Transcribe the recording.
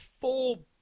full